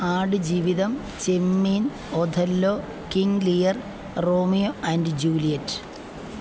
Aadujeevitham Chemmeen Othello King Lear Romeo and Juliet